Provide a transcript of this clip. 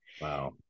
Wow